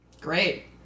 Great